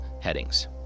headings